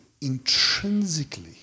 Intrinsically